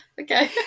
Okay